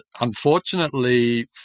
unfortunately